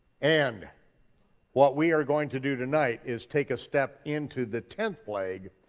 and what we are going to do tonight is take a step into the tenth plague,